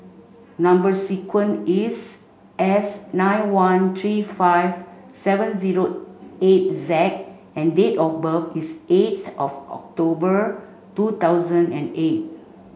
number sequence is S nine one three five seven zero eight Z and date of birth is eighth of October two thousand and eight